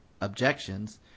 objections